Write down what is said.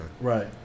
Right